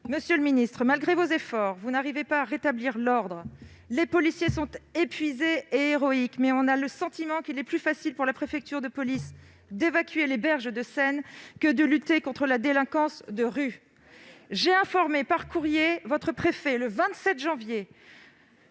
Monsieur le ministre, malgré vos efforts, vous n'arrivez pas à rétablir l'ordre. Les policiers sont épuisés et héroïques, mais on a le sentiment qu'il est plus facile pour la préfecture de police d'évacuer les berges de la Seine que de lutter contre la délinquance de rue. Très bien ! Le 27 janvier